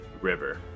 river